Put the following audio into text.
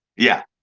yeah,